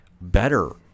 better